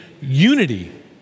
unity